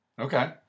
Okay